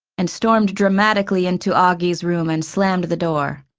and stormed dramatically into auggie's room and slammed the door.